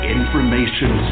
Information